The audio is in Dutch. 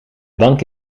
bank